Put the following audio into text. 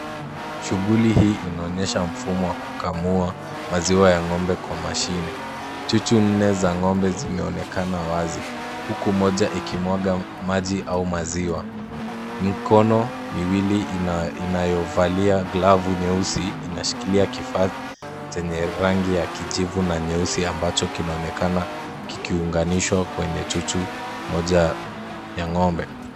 Shughuli hii inaonyesha mfumo wa kukamua maziwa ya ng'ombe kwa mashine. Chuchu nne za ng'ombe zimeonekana wazi huku moja ikimwaga maji au maziwa. Mkono miwili inayovalia glavu nyeusi inashikilia kifaa chenye rangi ya kijivu na nyeusi ambacho kinaonekana kikiunganishwa kwenye chuchu moja ya ng'ombe.